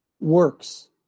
Works